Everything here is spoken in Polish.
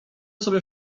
sobie